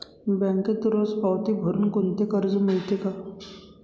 बँकेत रोज पावती भरुन कोणते कर्ज मिळते का?